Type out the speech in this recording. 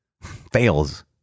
fails